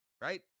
right